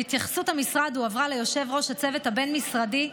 והתייחסות המשרד הועברה ליושב-ראש הצוות הבין-משרדי.